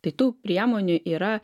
tai tų priemonių yra